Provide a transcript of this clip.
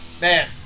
man